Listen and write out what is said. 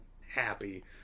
happy